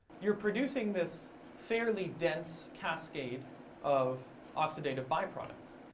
you're producing this fairly dense cascade of oxidative byproducts.